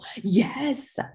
yes